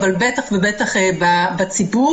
אבל בטח ובטח בציבור,